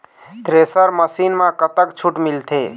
Thresher machine म कतक छूट मिलथे?